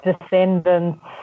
descendants